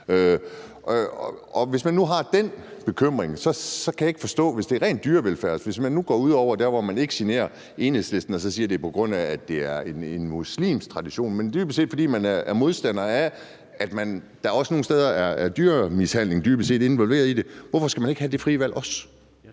lande, og der er jo et åbent marked, og det kommer ind over grænsen. Hvis man nu går ud over det og ikke generer Enhedslisten og så siger, at det er, på grund af at det er en muslimsk tradition, og dybest set fordi man er modstander af, at der også nogle steder er dyremishandling involveret i det, hvorfor skal man så ikke have det frie valg også?